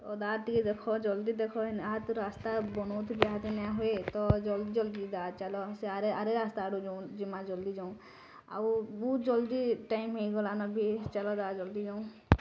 ତ ଦା ଟିକେ ଦେଖ ଜଲଦି ଦେଖ ହେନେ ଆ ତ ରାସ୍ତା ବନଉଥୁବେ ଆ ତ ନେଇଁ ହୁଏ ତ ଜଲଦି ଜଲଦି ଦା ଚାଲ ସେ ଆରେ ଆରେ ରାସ୍ତା ଆଡ଼ୁ ଯୋଉଁ ଯିମା ଜଲଦି ଯାଉଁ ଆଉ ବହୁତ ଜଲଦି ଟାଇମ ହେଇଗଲାନ ବି ଚାଲ ଦା ଜଲଦି ଯାଉଁ